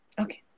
Okay